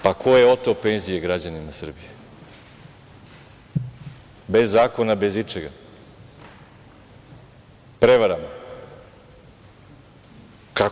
Pa, ko je oteo penzije građanima Srbije, bez zakona, bez ičega, prevarama?